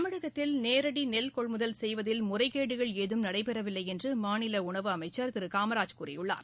தமிழகத்தில் நேரடி நெல் கொள்முதல் செய்வதில் முறைகேடுகள் ஏதும் நடைபெறவில்லை என்று மாநில உணவு அமைச்சர் திரு காமராஜ் கூறியுள்ளார்